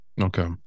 Okay